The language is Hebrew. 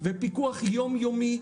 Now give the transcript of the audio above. פיקוח יום-יומי,